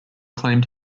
claimed